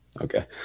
okay